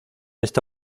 esta